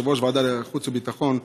יושב-ראש ועדת החוץ והביטחון,